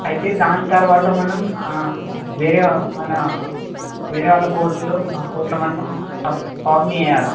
అయితే దాని తర్వాత మనం వేరే మన వేరే వాళ్ళ కోర్ట్లో కోర్ట్లో మనం కాక్ వేయాలా